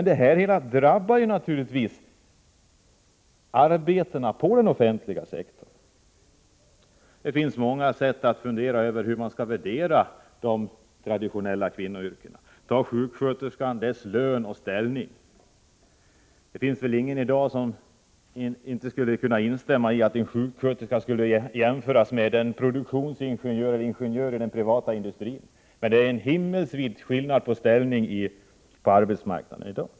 Detta drabbar naturligtvis arbetena på den offentliga sektorn. Det finns många sätt att värdera de traditionella kvinnoyrkena. Vi kan som exempel ta sjuksköterskan, hennes lön och ställning. Det är väl ingen som i dag inte skulle instämma i att en sjuksköterska borde jämföras med en produktionsingenjör— eller en ingenjör i den privata industrin. Men det är en himmelsvid skillnad i fråga om ställning på arbetsmarknaden i dag.